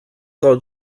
saw